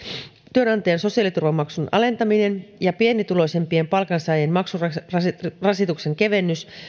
työnantajan sosiaaliturvamaksun alentaminen ja pienituloisimpien palkansaajien maksurasituksen kevennys